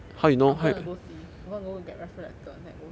I'm gonna go see I'm gonna go get referral letter then I go see